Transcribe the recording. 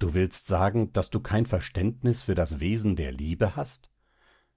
du willst sagen daß du kein verständnis für das wesen der liebe hast